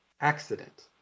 accident